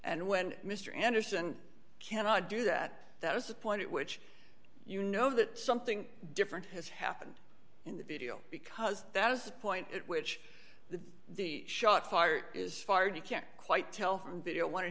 and when mr anderson cannot do that that is the point at which you know that something different has happened in the video because that is the point at which the shot fired is fired you can't quite tell from video w